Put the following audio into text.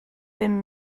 bum